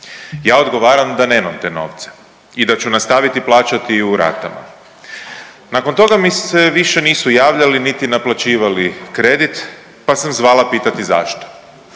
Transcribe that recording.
ja odgovaram da nemam te novce i da ću nastaviti plaćati u ratama. Nakon toga mi se više nisu javljali, niti naplaćivali kredit, pa sam zvala pitati zašto.